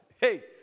Hey